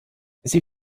sie